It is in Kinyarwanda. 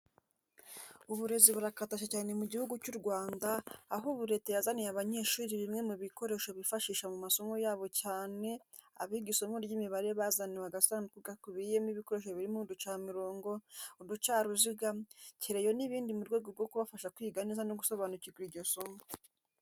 Uburezi burakataje cyane mu Gihugu cy'u Rwanda aho ubu Leta yazaniye abanyeshuri bimwe mu bikoresho bifashisha mu masomo yabo cyane abiga isomo ry'Imibare bazaniwe agasanduku gakubiyemo ibikoresho birimo uducamirongo, uducaruziga, kereyo n'ibindi mu rwego rwo kubafasha kwiga neza no gusobanukirwa iryo somo.